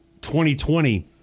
2020